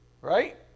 right